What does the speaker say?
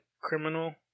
criminal